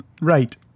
Right